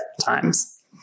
times